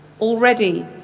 Already